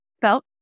felt